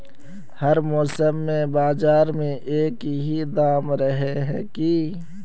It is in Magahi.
हर मौसम में बाजार में एक ही दाम रहे है की?